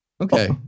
Okay